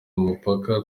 mupaka